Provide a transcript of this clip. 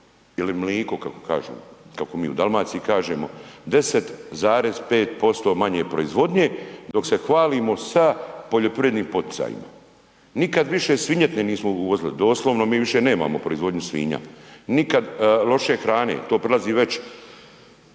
ili mliko kako kažu, kako mi u Dalmaciji kažemo, 10,5% manje proizvodnje, dok se hvalimo sa poljoprivrednim poticajima. Nikad više svinjetine nismo uvozili, doslovno mi više nemamo proizvodnju svinja, nikad lošije hrane, to prelazi već